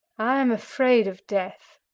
i am afraid of death.